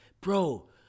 bro